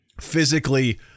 physically